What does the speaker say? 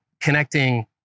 connecting